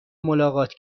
ملاقات